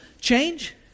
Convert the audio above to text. change